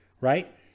Right